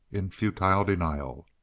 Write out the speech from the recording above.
in futile denial.